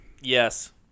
Yes